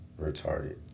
retarded